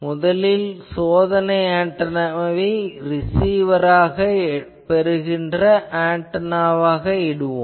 முதலில் சோதனை ஆன்டெனாவை ரிசீவராக பெறுகின்ற ஆன்டெனாவாக இடுவோம்